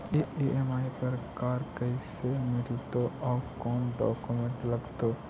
EMI पर car कैसे मिलतै औ कोन डाउकमेंट लगतै?